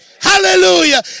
Hallelujah